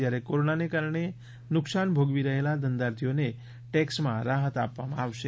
જ્યારે કોરોનાને કારણે નુકસાન ભોગવી રહેલા ધંધાર્થીઓને ટેક્સમાં રાહત આપવામાં આવશે